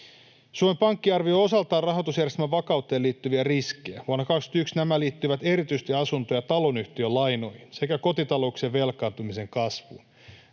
Suomen Pankki arvioi osaltaan rahoitusjärjestelmän vakauteen liittyviä riskejä. Vuonna 21 nämä liittyivät erityisesti asunto‑ ja taloyhtiölainoihin sekä kotitalouksien velkaantumisen kasvuun.